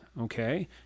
Okay